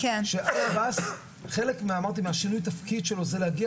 שהקב"ס חלק מהשינוי תפקיד שלו זה להגיע